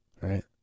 right